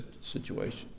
situation